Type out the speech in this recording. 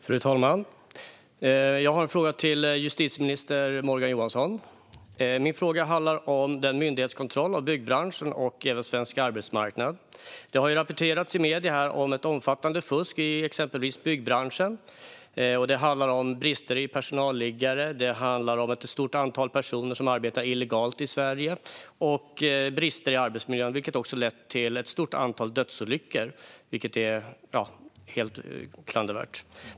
Fru talman! Jag har en fråga till justitieminister Morgan Johansson. Min fråga handlar om myndighetskontrollen av byggbranschen och även svensk arbetsmarknad. Det har rapporterats i medierna om ett omfattande fusk i exempelvis byggbranschen. Det handlar om brister i personalliggare, om att ett stort antal personer arbetar illegalt i Sverige och om brister i arbetsmiljön, vilka också har lett till ett stort antal dödsolyckor. Detta är klandervärt.